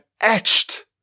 etched